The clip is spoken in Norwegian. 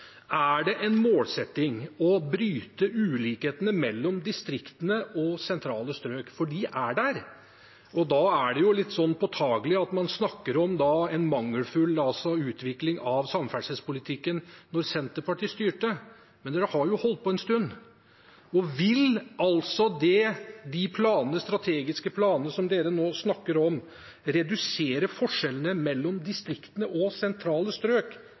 Er det en målsetting å bryte ulikhetene mellom distriktene og sentrale strøk? For de er der, og da er det litt påfallende at man snakker om en mangelfull utvikling av samferdselspolitikken da Senterpartiet styrte. Denne regjeringen har jo holdt på en stund. Altså: Vil de strategiske planene regjeringen nå snakker om, redusere forskjellene mellom distriktene og sentrale strøk?